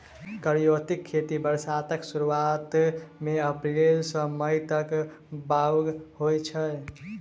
करियौती खेती बरसातक सुरुआत मे अप्रैल सँ मई तक बाउग होइ छै